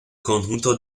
conjunto